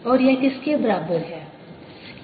और यह किसके बराबर है